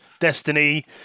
Destiny